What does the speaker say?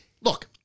look